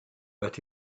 but